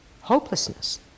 hopelessness